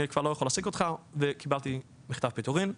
אני כבר לא יכול להעסיק אותך' וקיבלתי מכתב פיטורין,